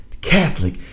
catholic